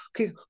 okay